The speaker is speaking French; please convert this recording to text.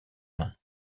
main